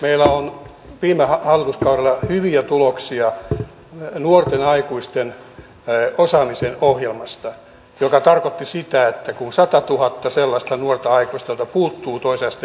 meillä oli viime hallituskaudella hyviä tuloksia nuorten aikuisten osaamisen ohjelmasta joka tarkoitti sitä että kun on satatuhatta sellaista nuorta aikuista joilta puuttuu toisen asteen koulutus järjestettiin